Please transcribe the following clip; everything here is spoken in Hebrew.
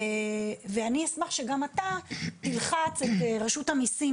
ואני אשמח שגם אתה תלחץ את רשות המיסים